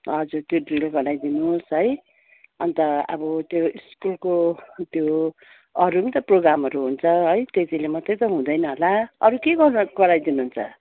हजुर त्यो ड्रिल गराइदिनु होस् है अन्त अब त्यो स्कुलको त्यो अरू त प्रोगामहरू हुन्छ है त्यतिले मात्रै त हुँदैन होला अरू के गराइदिनु हुन्छ